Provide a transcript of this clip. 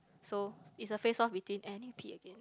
so is a face off between any peak again